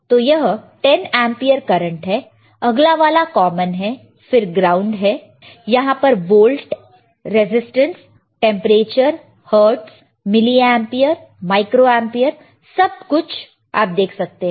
तो यह 10 ampere current है अगला वाला कॉमन है फिर ग्राउंड है यहां पर आप volt resistance temperature hertz milli ampere micro ampere सब कुछ देख सकते हैं